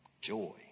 Joy